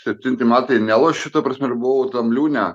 septinti metai nelošiu ta prasme aš buvau tam liūne